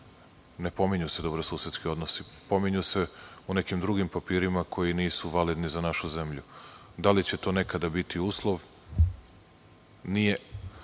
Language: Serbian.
Ne pominju se dobrosusedski odnosi. Pominju se u nekim drugim papirima koji nisu validni za našu zemlju. Da li će to nekada biti uslov, nije